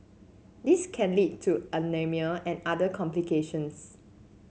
this can lead to anaemia and other complications